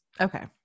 Okay